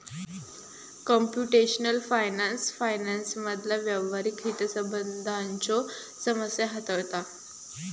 computational finance फायनान्समधला व्यावहारिक हितसंबंधांच्यो समस्या हाताळता